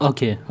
Okay